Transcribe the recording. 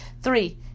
three